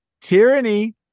Tyranny